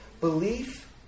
Belief